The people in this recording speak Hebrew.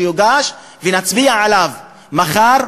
שיוגש ונצביע עליו מחר,